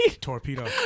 Torpedo